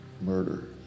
murder